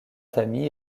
tamis